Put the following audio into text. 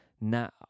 Now